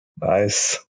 Nice